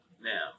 Now